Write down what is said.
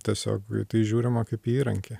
tiesiog į tai žiūrima kaip į įrankį